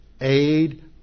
aid